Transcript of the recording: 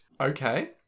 Okay